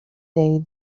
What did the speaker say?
day